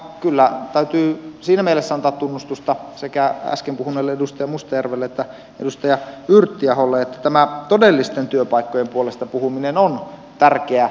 kyllä täytyy siinä mielessä antaa tunnustusta sekä äsken puhuneelle edustaja mustajärvelle että edustaja yrttiaholle että tämä todellisten työpaikkojen puolestapuhuminen on tärkeä viesti